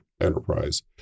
enterprise